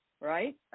right